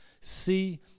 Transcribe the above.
see